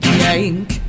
yank